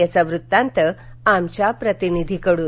याचा वृत्तांत आमच्या प्रतिनिधीकडून